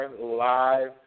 Live